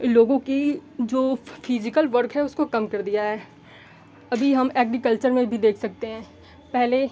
लोगों की जो फीज़िकल वर्क है उसको कम कर दिया है अभी हम एग्रीकल्चर में भी देख सकते हैं पहले